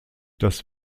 das